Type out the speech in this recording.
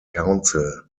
council